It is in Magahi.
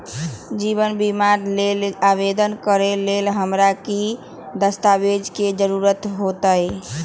जीवन बीमा के लेल आवेदन करे लेल हमरा की की दस्तावेज के जरूरत होतई?